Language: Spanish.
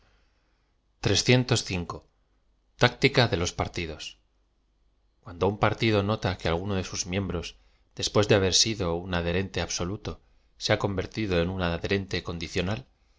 tdcífca dé los partidos cuando un partido nota que alguno de sus miem bros después de haber sido un adherente absoluto se ha convertido en un adherente condicional